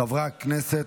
חברי הכנסת,